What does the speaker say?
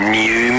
new